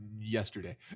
yesterday